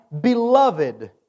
beloved